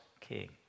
king